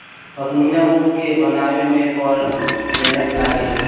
पश्मीना ऊन के बनावे में बड़ा मेहनत लागेला